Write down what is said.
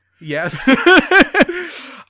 yes